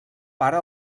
pare